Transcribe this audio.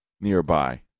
nearby